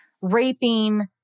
raping